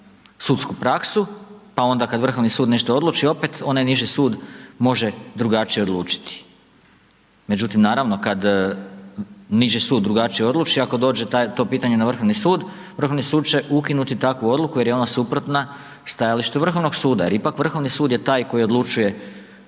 sudsku praksu, pa onda kada Vrhovni sud nešto odluči, opet, onaj niži sud može drugačije odlučiti. Međutim, naravno, kada niži sud drugačije odluči, ako dođe to pitanje na Vrhovni sud, Vrhovni sud će ukinuti takvu odluku, jer je on suprotna stajališta Vrhovnog suda, jer ipak Vrhovni sud je taj koji odlučuje